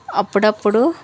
అప్పుడప్పుడు